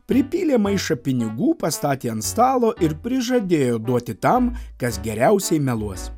pripylė maišą pinigų pastatė ant stalo ir prižadėjo duoti tam kas geriausiai meluos